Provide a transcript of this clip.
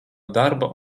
darba